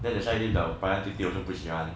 then that's why the brian 不喜欢